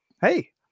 Hey